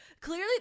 Clearly